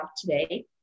today